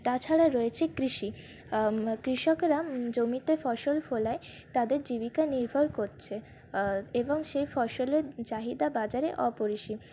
তাছাড়া রয়েছে কৃষি কৃষকেরা জমিতে ফসল ফলায় তাদের জীবিকা নির্ভর করছে এবং সেই ফসলের চাহিদা বাজারে অপরিসীম